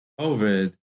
COVID